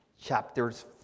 chapters